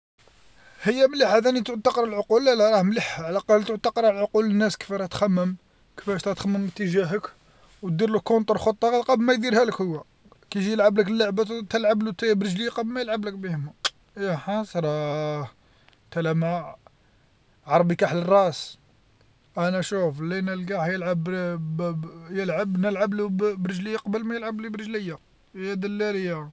هي مليح ثاني تعود تقرا العقول لا لا راه مليح على الأقل تعود تقرا العقول الناس كيف راه تخمم كفاش تتخمم في تجاهك وديرلو كونتر خطه على قبل ما يديرها لك هو كيجي يلعب لك اللعبه تلعبلو نتايا برجليه قبل ما يلعب لك بهه كل يا حسرااه عربي كحل الراس انا شوف لي نلقاه يلعب-ب يلعب نلعب لو برجليه قبل ما يلعب لي برجليا يا دلالي يا.